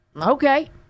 Okay